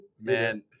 man